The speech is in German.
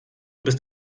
bist